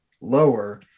lower